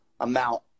amount